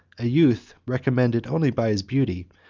a youth recommended only by his beauty,